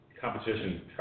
competition